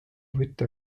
võtta